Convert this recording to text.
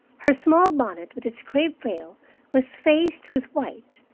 her small bonnet with its crepe veil was faced with white,